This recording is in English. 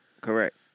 correct